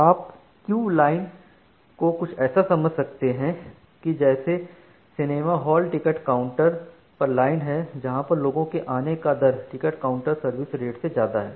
आप queue line को कुछ ऐसा समझ सकते हैं कि जैसा सिनेमा हॉल टिकट काउंटर पर लाइन है जहां पर लोगों के आने का दर टिकट काउंटर सर्विस रेट से ज्यादा है